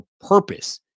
purpose